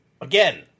again